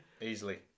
easily